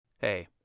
hey